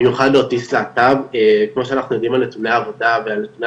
במיוחד לאוטיסט להט"ב כמו שאנחנו יודעים על נתוני העבודה ועל נתוני